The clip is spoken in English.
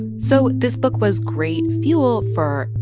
so this book was great fuel for.